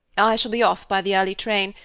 i shall be off by the early train,